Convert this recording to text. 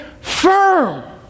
firm